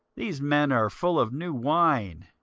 these men are full of new wine.